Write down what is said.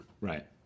right